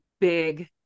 big